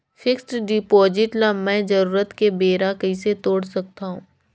Fixed deposit ल मैं जरूरत के बेरा कइसे तोड़ सकथव?